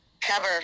cover